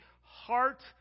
heart